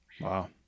Wow